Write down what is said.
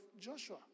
Joshua